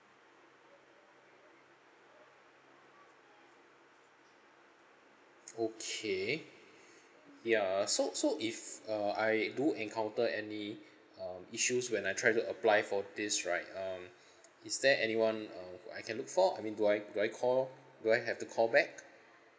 okay ya so so if uh I do encounter any um issues when I try to apply for this right um is there anyone uh who I can look for I mean do I do I call do I have to call back